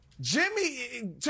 Jimmy